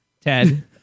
Ted